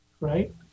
right